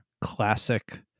classic